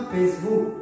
Facebook